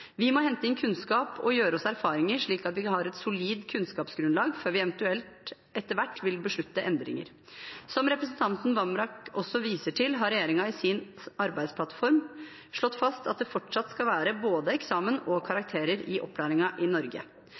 Vi må hente inn kunnskap og gjøre oss erfaringer, slik at vi har et solid kunnskapsgrunnlag før vi eventuelt etter hvert vil beslutte endringer. Som representanten Vamraak også viser til, har regjeringen i sin arbeidsplattform slått fast at det fortsatt skal være både eksamen og karakterer i opplæringen i Norge.